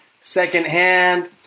secondhand